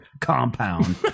compound